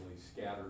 scattered